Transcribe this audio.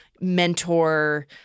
mentor